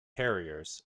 harriers